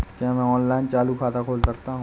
क्या मैं ऑनलाइन चालू खाता खोल सकता हूँ?